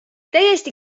täiesti